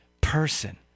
person